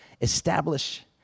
establish